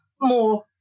more